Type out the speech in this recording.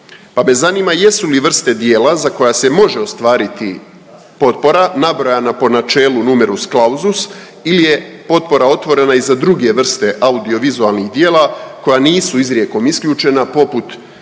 pa me zanima jesu li vrste djela za koja se može ostvariti potpora nabrojana po načelu numerus clausus ili je potpora otvorena i za druge vrste audiovizualnih djela koja nisu izrijekom isključena poput